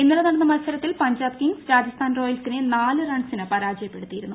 ഇന്നലെ നടന്ന മത്സരത്തിൽ പഞ്ചാബ് കിങ്ങ്സ് രാജസ്ഥാൻ റോയൽസിനെ നാല് റൺസിന് പരാജയപ്പെടുത്തിയിരുന്നു